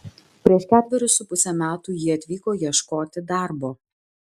prieš ketverius su puse metų ji atvyko ieškoti darbo